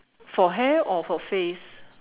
for hair or for face